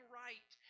right